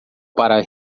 para